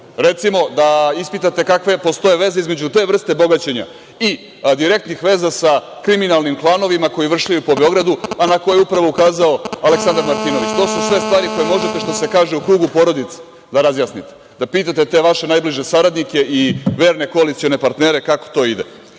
Recimo, ispitajte kakve postoje veze između te vrste bogaćenja i direktnih veza sa kriminalnim klanovima koji vršljaju po Beogradu, a na koje je upravo ukazao i Aleksandar Martinović. To su sve stvari koje možete, što se kaže, u krugu porodice da razjasnite, da pitate te vaše najbliže saradnike i verne koalicione partnere kako to ide.